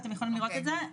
אתם יכולים לראות את זה,